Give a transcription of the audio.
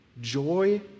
Joy